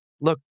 look